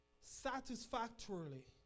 satisfactorily